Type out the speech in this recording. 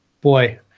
Boy